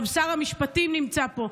וגם שר המשפטים נמצא פה,